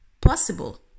possible